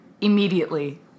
immediately